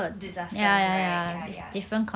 disasters right ya ya